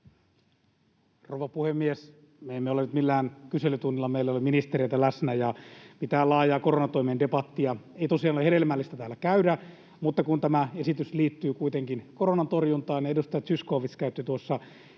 Rouva puhemies! Me emme ole nyt millään kyselytunnilla. Meillä ei ole ministereitä läsnä. Mitään laajaa koronatoimien debattia ei tosiaan ole hedelmällistä täällä käydä, mutta kun tämä esitys liittyy kuitenkin koronan torjuntaan ja edustaja Zyskowicz käytti tuossa